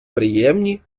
приємні